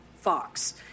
Fox